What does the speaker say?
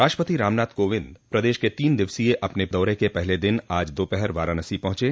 राष्ट्रपति रामनाथ कोविंद प्रदेश के तीन दिवसीय अपने दौरे के पहले दिन आज दोपहर वाराणसी पहुंचे